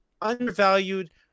undervalued